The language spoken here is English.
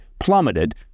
plummeted